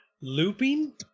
looping